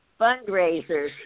fundraisers